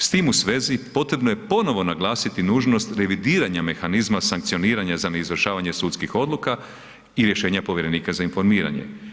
S tim u svezi, potrebno je ponovno naglasiti nužnost revidiranja mehanizma sankcioniranja za neizvršavanje sudskih odluka i rješenja povjerenika za informiranje.